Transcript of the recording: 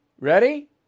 Ready